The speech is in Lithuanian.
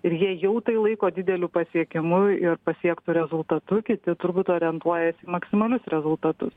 ir jie jau tai laiko dideliu pasiekimu ir pasiektu rezultatu kiti turbūt orientuojasi į maksimalius rezultatus